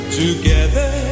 together